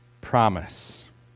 promise